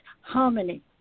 harmony